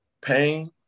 pain